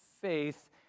faith